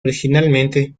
originalmente